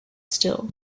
still